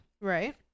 Right